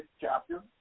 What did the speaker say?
chapter